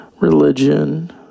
Religion